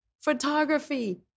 Photography